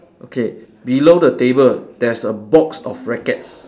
okay below the table there's a box of rackets